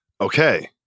Okay